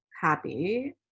happy